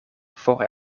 for